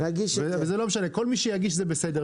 וזה לא משנה, כל מי שיגיש זה בסדר.